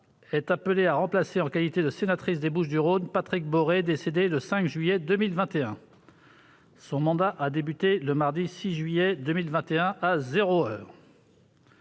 est appelée à remplacer, en qualité de sénatrice des Bouches-du-Rhône, Patrick Boré, décédé le 5 juillet 2021. Son mandat a débuté le mardi 6 juillet 2021, à zéro heure.